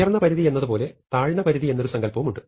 ഉയർന്നപരിധി എന്നതുപോലെ താഴ്ന്ന പരിധി എന്നൊരു സങ്കൽപ്പവുമുണ്ട്